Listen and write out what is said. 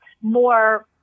More